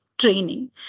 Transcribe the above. training